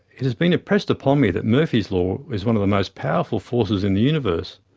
it has been impressed upon me that murphy's law is one of the most powerful forces in the universe.